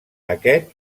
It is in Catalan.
aquest